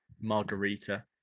margarita